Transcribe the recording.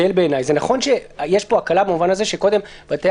נכון שיש פה הקלה במובן הזה שקודם בתי